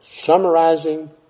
Summarizing